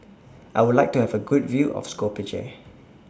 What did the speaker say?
I Would like to Have A Good View of Skopje